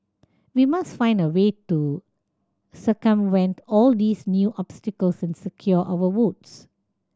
we must find a way to circumvent all these new obstacles and secure our votes